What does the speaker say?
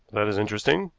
that is interesting,